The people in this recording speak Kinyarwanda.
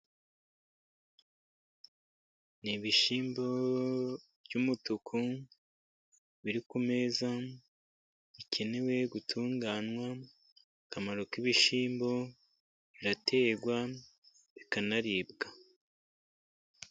Ni ibishymbo by'umutuku biri ku meza bikenewe gutunganywa .Akamaro k'ibishyimbo biraterwa bikanaribwa.